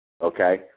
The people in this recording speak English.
Okay